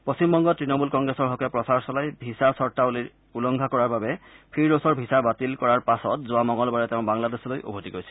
পশ্চিমবংগত তণমূল কংগ্ৰেছৰ হকে প্ৰচাৰ চলাই ভিছা চৰ্তৱলীত উলংঘা কৰাৰ বাবে ফিৰডোছৰ ভিছা বাতিল কৰাৰ পাছত যোৱা মঙ্গলবাৰে তেওঁ বাংলাদেশলৈ উভতি গৈছিল